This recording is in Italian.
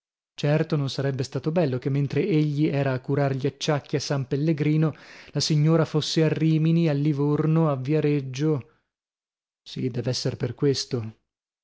certo non sarebbe stato bello che mentre egli era a curar gli acciacchi a san pellegrino la signora fosse a rimini a livorno a viareggio si dev'essere per questo